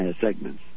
segments